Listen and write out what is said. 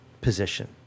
position